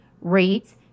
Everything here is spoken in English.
rates